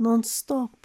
non stop